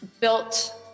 built